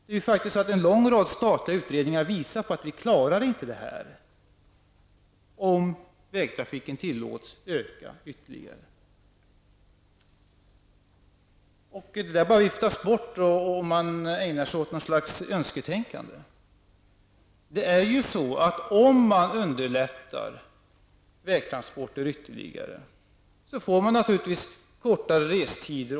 En lång rad statliga utredningar visar att vi inte klarar detta om vägtrafiken tillåts öka ytterligare. Det bara viftas bort, och man ägnar sig åt önsketänkande. Om man underlättar vägtransporterna ytterligare får man naturligtvis kortare restider.